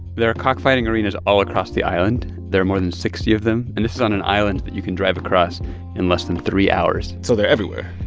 there are cockfighting arenas all across the island. there are more than sixty of them. and this is on an island that you can drive across in less than three hours so they're everywhere?